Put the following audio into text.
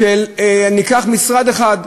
ניקח משרד אחד,